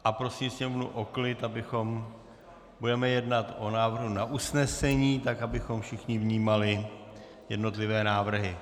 A prosím sněmovnu o klid, budeme jednat o návrhu na usnesení, tak abychom všichni vnímali jednotlivé návrhy.